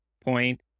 point